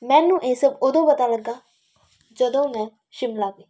ਮੈਨੂੰ ਇਹ ਸਭ ਉਦੋਂ ਪਤਾ ਲੱਗਾ ਜਦੋਂ ਮੈਂ ਸ਼ਿਮਲਾ ਗਈ